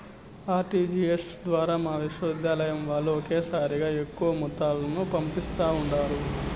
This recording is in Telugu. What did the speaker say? ఆర్టీజీఎస్ ద్వారా మా విశ్వవిద్యాలయం వాల్లు ఒకేసారిగా ఎక్కువ మొత్తాలను పంపిస్తా ఉండారు